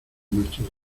nuestros